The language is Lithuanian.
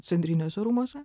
centriniuose rūmuose